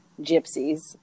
gypsies